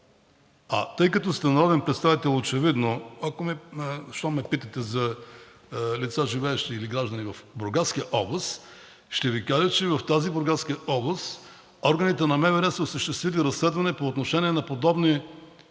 А тъй като сте народен представител, щом ме питате за лица, живеещи или граждани в Бургаска област, ще Ви кажа, че в Бургаска област органите на МВР са осъществили разследване по отношение на подобни действия